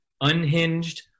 unhinged